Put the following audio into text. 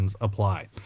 apply